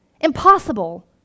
impossible